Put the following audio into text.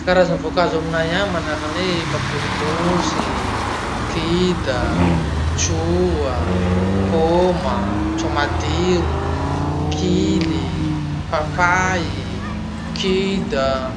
Karaza voankazo aminay any manahaky any hoe: paplemousse, kida, troa, poma, tromadiro, kily, papay, kida.